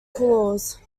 clause